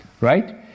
right